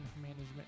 management